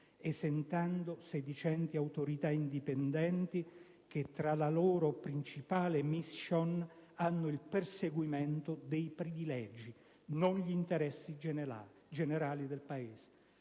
esentando sedicenti autorità indipendenti che come loro principale *mission* hanno il perseguimento dei privilegi, non gli interessi generali del Paese.